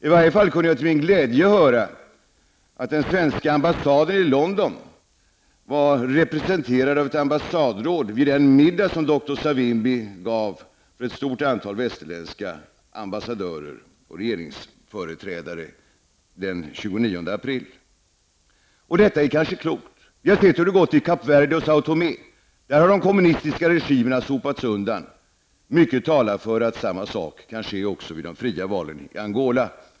I varje fall kunde jag till min glädje höra att den svenska ambassaden i London var representerad av ett ambassadråd vid den middag som doktor Savimbi gav för ett stort antal västerländska ambassadörer och regeringsföreträdare den 29 april. Detta är kanske klokt. Vi har sett hur det har gått i Kap Verde och Sao Tomé, där de kommunistiska regimerna sopats undan. Mycket talar för att samma sak kan ske också när det gäller de fria valen i Angola.